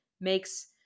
makes